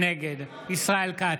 נגד ישראל כץ,